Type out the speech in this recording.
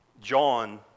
John